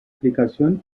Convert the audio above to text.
aplicación